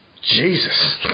Jesus